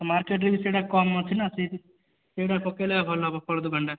market ରେ ବି ସେଇଟା କମ ଅଛି ନା ସେଇଠି ସେଇଟା ପକେଇଲେ ଭଲ ହେବ ଫଳ ଦୋକାନ ଟା